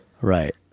right